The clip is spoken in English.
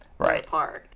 right